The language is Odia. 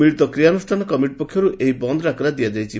ମିଳିତ କ୍ରିୟାନୁଷ୍ଠାନ ପକ୍ଷରୁ ଏହି ବନ୍ଦ ଡାକରା ଦିଆଯାଇଛି